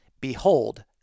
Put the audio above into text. Behold